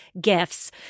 gifts